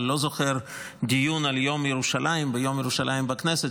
אבל לא זוכר דיון על יום ירושלים ביום ירושלים בכנסת